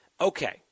Okay